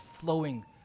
flowing